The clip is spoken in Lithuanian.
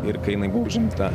ir kai jinai buvo užimta